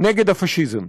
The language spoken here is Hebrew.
בפאשיזם.